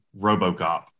Robocop